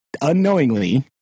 unknowingly